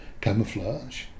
camouflage